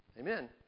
Amen